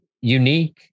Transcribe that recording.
unique